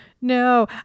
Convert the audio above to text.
No